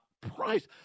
price